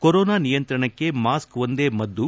corona ನಿಯಂತ್ರಣಕ್ಕೆ mask ಒಂದೇ ಮದ್ದು